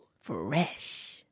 Fresh